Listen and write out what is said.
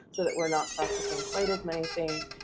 so that we're not processing quite as many things.